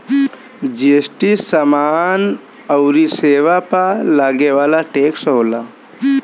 GST समाना अउरी सेवा पअ लगे वाला टेक्स होला